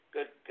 Good